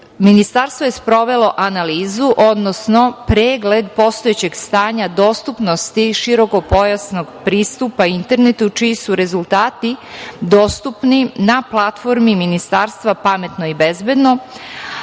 Ministarstvo je sprovelo analizu, odnosno pregled postojećeg stanja dostupnosti širokopojasnog pristupa internetu, čiji su rezultati dostupni na Platformi ministarstva - Pametno i bezbedno